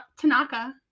Tanaka